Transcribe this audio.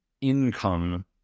income